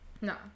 No